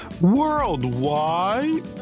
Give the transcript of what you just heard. worldwide